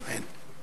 אמן.